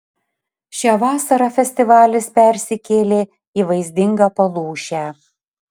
šią vasarą festivalis persikėlė į vaizdingą palūšę